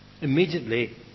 immediately